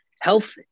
health